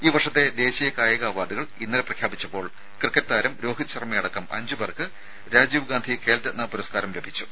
ഈ വർഷത്തെ ദേശീയ കായിക അവാർഡുകൾ ഇന്നലെ പ്രഖ്യാപിച്ചപ്പോൾ ക്രിക്കറ്റ് താരം രോഹിത് ശർമ്മ അടക്കം അഞ്ചു പേർക്ക് രാജീവ് ഗാന്ധി ഖേൽരത്ന പുരസ്കാരം ലഭിച്ചു